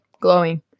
glowing